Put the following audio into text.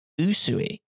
Usui